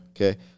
Okay